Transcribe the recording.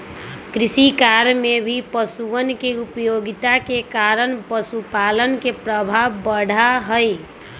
कृषिकार्य में भी पशुअन के उपयोगिता के कारण पशुपालन के प्रभाव बढ़ा हई